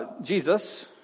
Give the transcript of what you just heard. Jesus